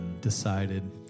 decided